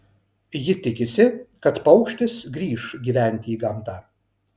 ji tikisi kad paukštis grįš gyventi į gamtą